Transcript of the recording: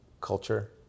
culture